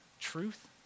truth